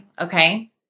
okay